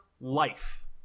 life